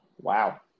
Wow